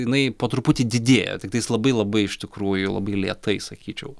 jinai po truputį didėja tiktais labai labai iš tikrųjų labai lėtai sakyčiau